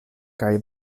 kaj